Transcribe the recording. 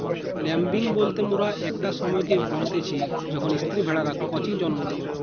lambing বলতে মোরা একটা সময়কে বুঝতিচী যখন স্ত্রী ভেড়ারা কচি জন্ম দেয়